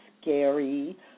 scary